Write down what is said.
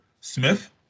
Smith